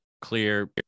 clear